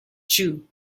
two